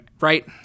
Right